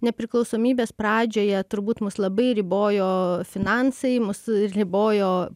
nepriklausomybės pradžioje turbūt mus labai ribojo finansai mus ribojo